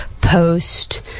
post